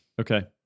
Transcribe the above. Okay